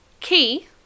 key